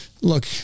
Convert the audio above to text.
look